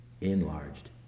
Enlarged